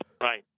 right